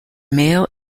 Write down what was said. male